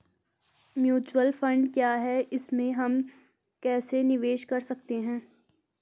Mutual fund क्या है इसमें हम कैसे निवेश कर सकते हैं?